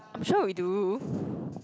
I'm sure we do